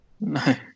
No